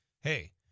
hey